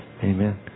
Amen